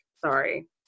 Sorry